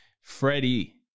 Freddie